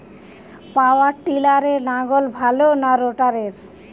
পাওয়ার টিলারে লাঙ্গল ভালো না রোটারের?